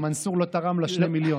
כן, שמנסור לא תרם לה 2 מיליון.